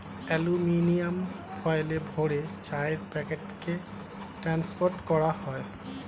aluminium ফয়েলে ভরে চায়ের প্যাকেটকে ট্রান্সপোর্ট করা হয়